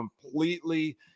completely